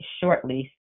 shortly